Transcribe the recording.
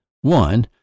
one